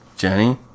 Jenny